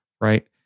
right